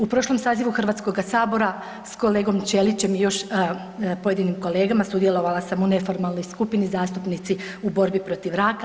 U prošlom sazivu Hrvatskoga sabora s kolegom Ćelićem i s još pojedinim kolegama sudjelovala sam u neformalnoj skupini zastupnici u borbi protiv raka.